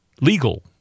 legal